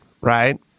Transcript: right